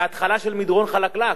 אז זו התחלה של מדרון חלקלק.